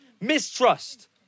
mistrust